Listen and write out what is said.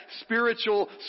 spiritual